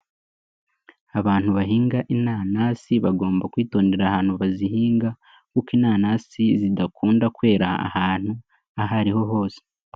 Abantu bahinga inanasi bagomba kwitondera ahantu bazihinga, kuko inanasi zidakunda kwera ahantu aho ariho hose.